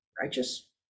Righteous